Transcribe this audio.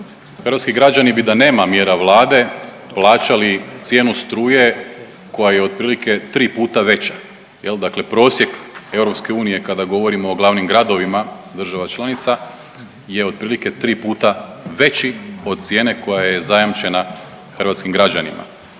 Hrvatski građani bi da nema mjera Vlade plaćali cijenu struje koja je otprilike tri puta veća jel, dakle prosjek EU kada govorimo o glavnim gradovima država članica je otprilike tri puta veći od cijene koja je zajamčena hrvatskim građanima.